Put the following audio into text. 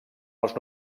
els